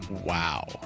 Wow